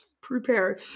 prepare